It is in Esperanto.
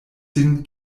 sin